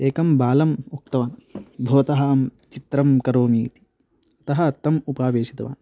एकं बालम् उक्तवान् भवतः अहं चित्रं करोमीति अतः तम् उपावेशितवान्